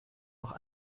auch